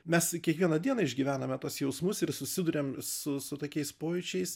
mes kiekvieną dieną išgyvename tuos jausmus ir susiduriam su su tokiais pojūčiais